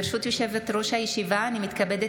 אני קובעת